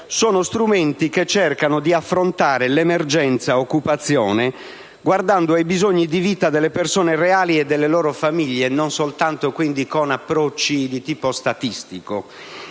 sono strumenti che cercano di affrontare l'emergenza occupazione guardando ai bisogni di vita delle persone reali e delle loro famiglie, non soltanto - quindi - con approcci di tipo statistico.